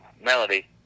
Melody